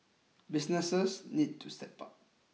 businesses need to step up